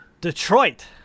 Detroit